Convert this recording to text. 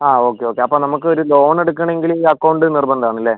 ആ okay okay അപ്പം നമുക്ക് ഒരു ലോൺ എടുക്കണമെങ്കിൽ അക്കൗണ്ട് നിർബന്ധം ആണല്ലേ